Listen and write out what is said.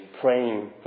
praying